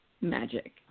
magic